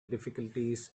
difficulties